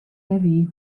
levee